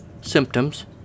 symptoms